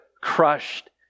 crushed